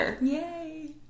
yay